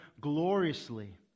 gloriously